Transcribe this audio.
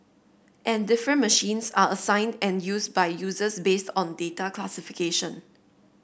and different machines are assigned and used by users based on data classification